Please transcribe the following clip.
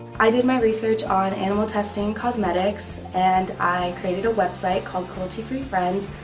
i did my research on animal testing cosmetics. and i created a website called cruelty-free friends,